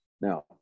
Now